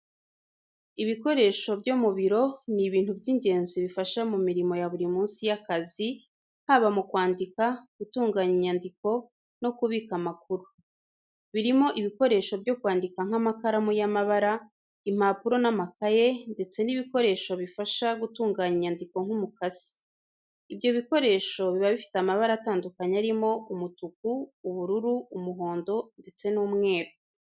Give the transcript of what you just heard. Ibikoresho byo mu biro ni ibintu by’ingenzi bifasha mu mirimo ya buri munsi y’akazi, haba mu kwandika, gutunganya inyandiko, no kubika amakuru. Birimo ibikoresho byo kwandika nk'amakaramu y'amabara, impapuro n’amakaye, ndetse n’ibikoresho bifasha gutunganya inyandiko nk’umukasi. Ibyo bikoresho biba bifite amabara atandukanye arimo: umutuku, ubururu, umuhondo, ndetse n'umweru.